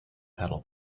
pedal